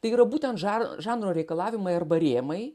tai yra būtent žar žanro reikalavimai arba rėmai